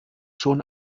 schon